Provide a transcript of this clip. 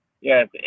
Yes